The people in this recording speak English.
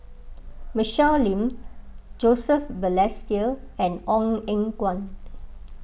Michelle Lim Joseph Balestier and Ong Eng Guan